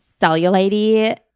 cellulite-y